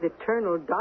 eternal